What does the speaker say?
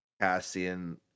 Cassian